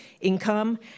income